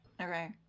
Okay